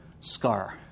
scar